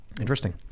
Interesting